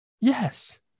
Yes